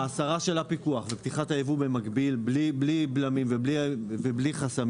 ההסרה של הפיקוח ופתיחת הייבוא במקביל בלי בלמים ובלי חסמים,